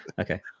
Okay